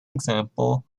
example